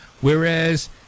whereas